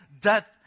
death